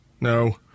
No